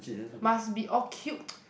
must be all cute